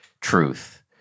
truth